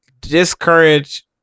discourage